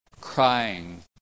crying